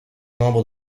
membre